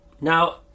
Now